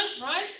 right